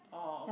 orh